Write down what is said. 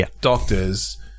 doctors